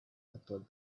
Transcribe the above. about